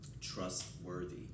trustworthy